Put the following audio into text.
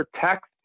protect